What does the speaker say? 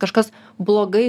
kažkas blogai